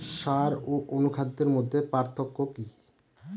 সার ও অনুখাদ্যের মধ্যে পার্থক্য কি?